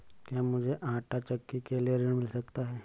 क्या मूझे आंटा चक्की के लिए ऋण मिल सकता है?